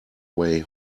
way